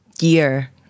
year